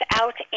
out